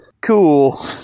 cool